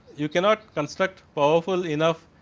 you cannot construct powerful enough